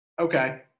Okay